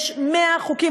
יש 100 חוקים,